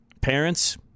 parents